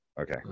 Okay